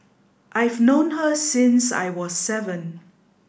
I've known her since I was seven